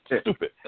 stupid